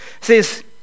says